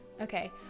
Okay